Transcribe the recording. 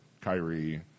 Kyrie